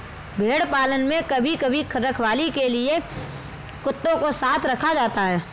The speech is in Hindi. भेड़ पालन में कभी कभी रखवाली के लिए कुत्तों को साथ रखा जाता है